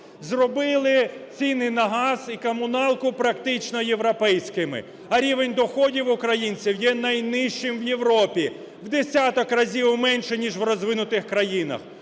Зробили ціни на газ і комуналку практично європейськими, а рівень доходів українців є найнижчим в Європі, в десяток разів менший, ніж в розвинутих країнах.